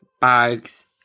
bags